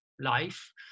Life